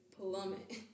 plummet